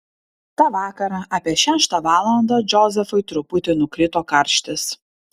tą vakarą apie šeštą valandą džozefui truputį nukrito karštis